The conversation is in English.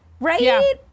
Right